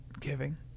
Giving